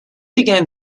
began